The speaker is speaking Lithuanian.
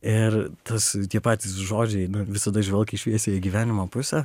ir tas tie patys žodžiai visada žvelk į šviesiąją gyvenimo pusę